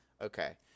Okay